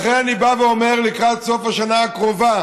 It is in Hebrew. לכן אני בא ואומר: לקראת סוף השנה הקרובה,